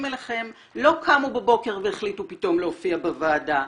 אליכם לא קמו בבוקר והחליטו פתאום להופיע בוועדה,